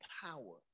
power